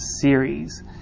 series